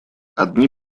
одни